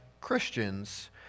Christians